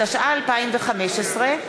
התשע"ה 2015: